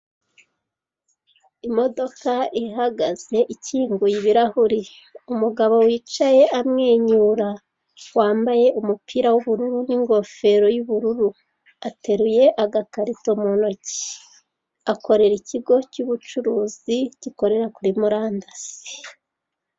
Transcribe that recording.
Imodoka ihagaze ikinguye ibirahuri, umugabo wicaye amwenyura wambaye umupira w'ubururu n'ingofero y'ubururu, ateruye agakarito mu ntoki akorera ikigo cyubucuruzi gikorera kuri murandasi.